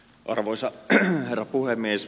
arvoisa herra puhemies